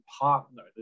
partner